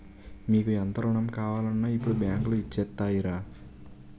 మీకు ఎంత రుణం కావాలన్నా ఇప్పుడు బాంకులు ఇచ్చేత్తాయిరా